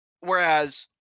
Whereas